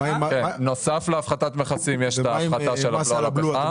נוסף להפחתת מכסים יש את ההפחתה של הבלו על הפחם.